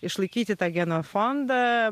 išlaikyti tą genofondą